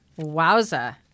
Wowza